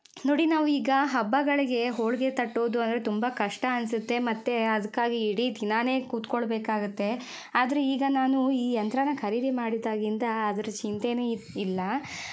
ನೋಡಿ ನಾವು ಈಗ ಹಬ್ಬಗಳಿಗೆ ಹೋಳಿಗೆ ತಟ್ಟೋದು ಅಂದರೆ ತುಂಬ ಕಷ್ಟ ಅನಿಸತ್ತೆ ಮತ್ತು ಅದಕ್ಕಾಗಿ ಇಡೀ ದಿನಾನೇ ಕುತ್ಕೊಳ್ಬೇಕಾಗತ್ತೆ ಆದರೆ ಈಗ ನಾನು ಈ ಯಂತ್ರನ ಖರೀದಿ ಮಾಡಿದಾಗಿಂದ ಅದರ ಚಿಂತೆನೇ ಇಲ್ಲ